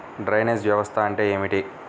Drainage వ్యవస్థ అంటే ఏమిటి?